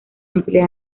emplea